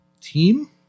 team